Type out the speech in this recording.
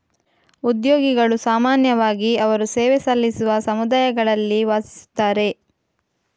ಉದ್ಯೋಗಿಗಳು ಸಾಮಾನ್ಯವಾಗಿ ಅವರು ಸೇವೆ ಸಲ್ಲಿಸುವ ಸಮುದಾಯಗಳಲ್ಲಿ ವಾಸಿಸುತ್ತಾರೆ